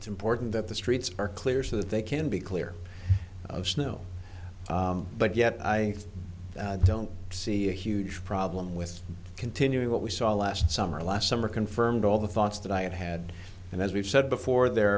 it's important that the streets are clear so that they can be clear of snow but yet i don't see a huge problem with continuing what we saw last summer last summer confirmed all the thoughts that i have had and as we've said before there